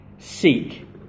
Seek